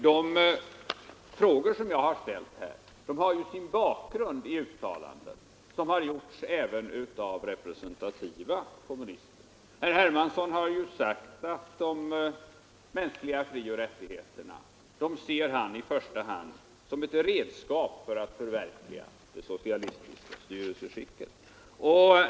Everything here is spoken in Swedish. De frågor som jag här har ställt har emellertid sin bakgrund i uttalanden som har gjorts även av mera representativa kommunister. Herr Hermansson anser ju att de mänskliga frioch rättigheterna i första hand är ett redskap för att förverkliga det socialistiska styrelseskicket.